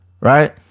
right